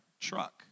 truck